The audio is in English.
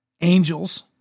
angels